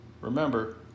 Remember